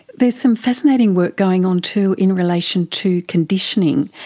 there's some fascinating work going on too in relation to conditioning,